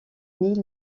nil